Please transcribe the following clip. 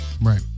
Right